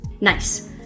Nice